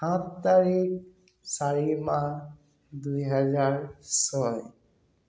সাত তাৰিখ চাৰি মাহ দুই হেজাৰ ছয়